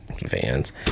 Vans